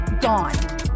gone